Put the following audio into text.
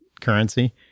currency